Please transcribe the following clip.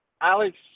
Alex